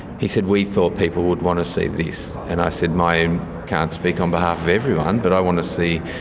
he said, we thought people would want to see this. and i said, myuran, i can't speak on behalf of everyone, but i want to see